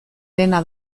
dena